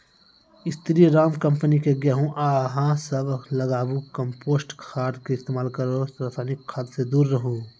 स्री Ram company के गेहूँ अहाँ सब लगाबु कम्पोस्ट खाद के इस्तेमाल करहो रासायनिक खाद से दूर रहूँ?